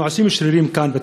אנחנו עושים שרירים כאן בתקציב.